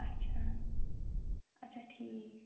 اَچھا اَچھا ٹھیٖک